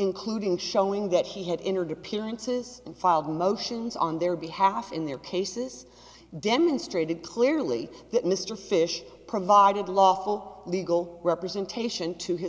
including showing that he had in her disappearance is filed motions on their behalf in their cases demonstrated clearly that mr fish provided lawful legal representation to his